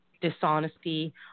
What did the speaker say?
dishonesty